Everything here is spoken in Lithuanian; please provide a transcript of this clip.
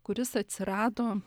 kuris atsirado